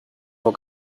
vor